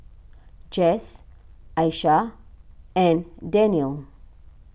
Jess Aisha and Dannielle